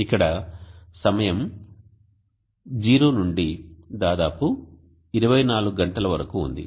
ఇక్కడ సమయం 0 నుండి దాదాపు 24 గంటల వరకు ఉంది